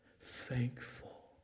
thankful